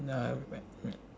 n~ nevermind